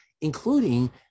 including